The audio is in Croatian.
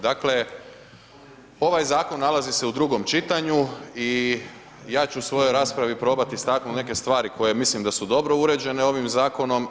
Dakle, ovaj zakon nalazi se u drugom čitanju i ja ću u svojoj raspravi probati istaknuti neke stvari koje mislim da su dobro uređene ovim zakonom.